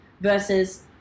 versus